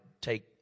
take